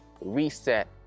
reset